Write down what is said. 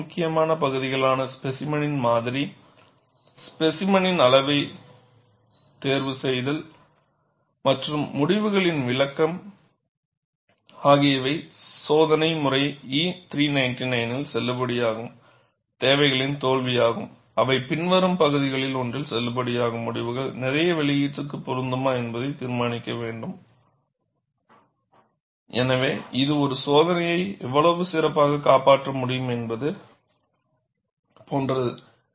மூன்று முக்கிய பகுதிகளான ஸ்பேசிமெனின் மாதிரி ஸ்பேசிமெனின் அளவை தேர்வு செய்தல் மற்றும் முடிவுகளின் விளக்கம் ஆகியவை சோதனை முறை E 399 இல் செல்லுபடியாகும் தேவைகளின் தோல்வியாகும் அவை பின்வரும் பகுதிகளில் ஒன்றில் செல்லுபடியாகும் முடிவுகள் நிறைய வெளியீட்டிற்கு பொருந்துமா என்பதை தீர்மானிக்க வேண்டும் எனவே இது ஒரு சோதனையை எவ்வளவு சிறப்பாகக் காப்பாற்ற முடியும் என்பது போன்றது